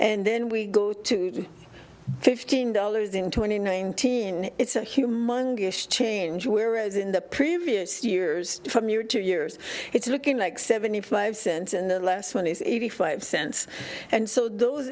and then we go to fifteen dollars in twenty nineteen it's a humongous change whereas in the previous years from your two years it's looking like seventy five cents in the last one is eighty five cents and so those